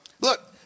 Look